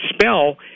spell